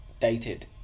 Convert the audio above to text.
dated